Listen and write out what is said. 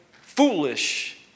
foolish